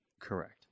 Correct